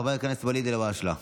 חבר הכנסת ואליד אלהואשלה.